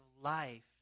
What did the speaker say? life